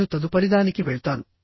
నేను తదుపరిదానికి వెళ్తాను